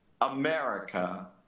America